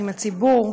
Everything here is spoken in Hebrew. עם הציבור,